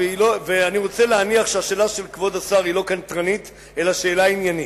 ואני רוצה להניח שהשאלה של כבוד השר היא לא קנטרנית אלא שאלה עניינית.